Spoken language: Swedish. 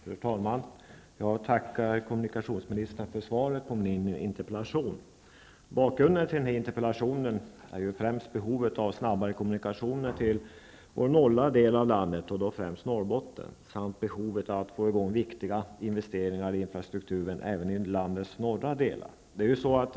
Fru talman! Jag tackar kommunikationsministern för svaret på min interpellation. Bakgrunden till interpellationen är främst behovet av snabbare kommunikationer till de norra delarna av vårt land, och då främst Norrbotten, samt behovet av att få i gång viktiga investeringar i infrastrukturen även i landets norra delar.